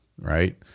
right